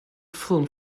film